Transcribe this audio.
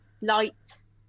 lights